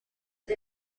die